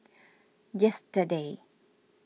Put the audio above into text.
yesterday